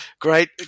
great